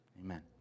amen